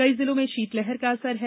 कई जिलों में शीतलहर का असर है